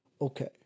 Okay